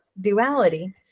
Duality